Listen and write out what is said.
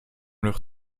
leur